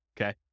okay